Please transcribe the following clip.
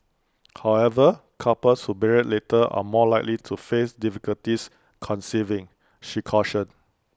however couples who marry later are more likely to face difficulties conceiving she cautioned